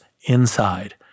inside